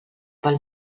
pel